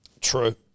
True